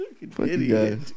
idiot